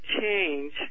change